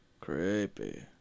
Creepy